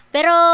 Pero